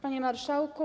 Panie Marszałku!